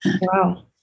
Wow